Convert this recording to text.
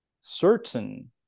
certain